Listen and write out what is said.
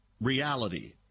reality